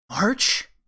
March